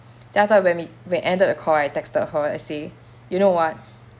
then after when we we ended the call I texted her and say you know [what]